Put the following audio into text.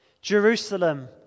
Jerusalem